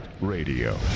Radio